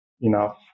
enough